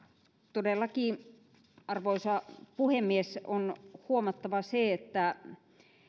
todellakin arvoisa puhemies on huomattava se että